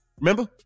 Remember